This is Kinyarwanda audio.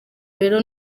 rero